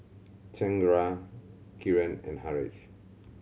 Chengara Kiran and Haresh